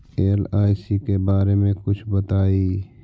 LIC के बारे मे कुछ बताई?